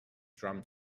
drum